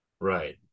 Right